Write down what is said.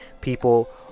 people